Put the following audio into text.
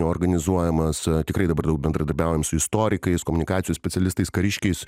organizuojamas tikrai dabar daug bendradarbiaujam su istorikais komunikacijos specialistais kariškiais